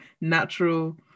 natural